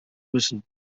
müssen